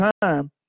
time